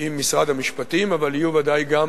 עם משרד המשפטים, אבל יהיו בוודאי גם